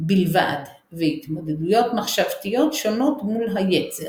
בלבד והתמודדויות מחשבתיות שונות מול היצר.